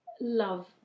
love